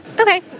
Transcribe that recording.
Okay